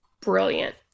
brilliant